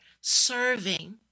serving